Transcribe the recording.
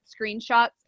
screenshots